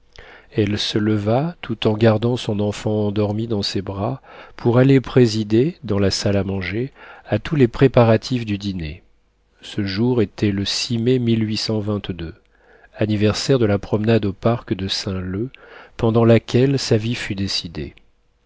elle se leva tout en gardant son enfant endormi dans ses bras pour aller présider dans la salle à manger à tous les préparatifs du dîner ce jour était le mai anniversaire de la promenade au parc de saint-leu pendant laquelle sa vie fut décidée